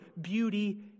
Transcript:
beauty